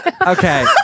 Okay